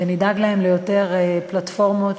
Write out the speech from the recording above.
ונדאג להם ליותר פלטפורמות,